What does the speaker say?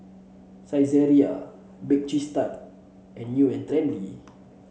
Saizeriya Bake Cheese Tart and New And Trendy